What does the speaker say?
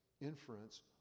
inference